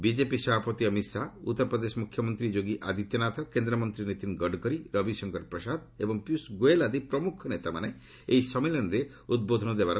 BJP ସଭାପତି ଅମିତ ଶାହା ଉତ୍ତରପ୍ରଦେଶ ମୁଖ୍ୟମନ୍ତ୍ରୀ ଯୋଗୀ ଆଦିତ୍ୟନାଥ କେନ୍ଦ୍ରମନ୍ତ୍ରୀ ନୀତିନ ଗଡ଼କରୀ ରବିଶଙ୍କର ପ୍ରସାଦ ଏବଂ ପୀୟୂଷ ଗୋୟଲ୍ ଆଦି ପ୍ରମୁଖ ନେତାମାନେ ଏହି ସମ୍ମିଳନୀରେ ଉଦ୍ବୋଧନ ଦେବେ